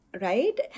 right